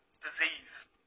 disease